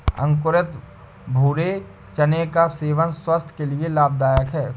अंकुरित भूरे चने का सेवन स्वास्थय के लिए लाभदायक है